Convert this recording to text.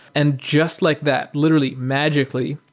and just like that, literally, magically,